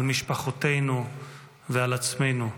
על משפחותינו ועל עצמנו.